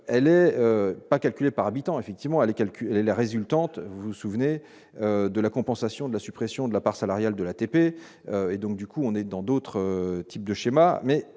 elle est pas calculé par habitant effectivement aller calculer la résultante, vous vous souvenez de la compensation de la suppression de la part salariale de l'ATP, et donc du coup on est dans d'autres types de schémas